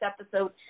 episode